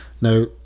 Now